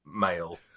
male